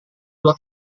dua